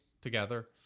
together